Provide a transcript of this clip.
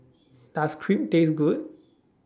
Does Crepe Taste Good